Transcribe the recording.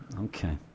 Okay